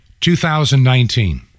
2019